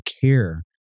care